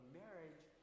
marriage